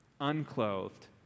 unclothed